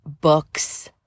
books